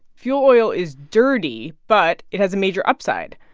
fuel oil is dirty, but it has a major upside,